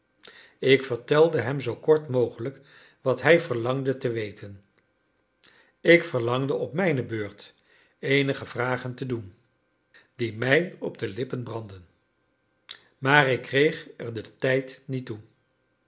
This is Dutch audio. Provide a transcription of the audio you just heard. ik vertelde hem zoo kort mogelijk wat hij verlangde te weten ik verlangde op mijne beurt eenige vragen te doen die mij op de lippen brandden maar ik kreeg er den tijd niet toe